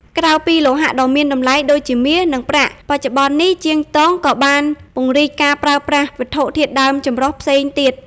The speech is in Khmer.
ក្រៅពីលោហៈដ៏មានតម្លៃដូចជាមាស និងប្រាក់ បច្ចុប្បន្ននេះជាងទងក៏បានពង្រីកការប្រើប្រាស់ វត្ថុធាតុដើមចម្រុះ ផ្សេងទៀត។